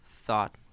thought